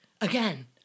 Again